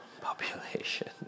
population